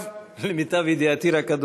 למיטב ידעתי רק,